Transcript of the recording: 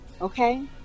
okay